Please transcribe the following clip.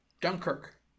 Dunkirk